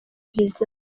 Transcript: visa